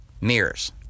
mirrors